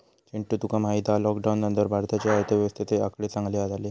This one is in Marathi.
चिंटू तुका माहित हा लॉकडाउन नंतर भारताच्या अर्थव्यवस्थेचे आकडे चांगले झाले